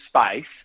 space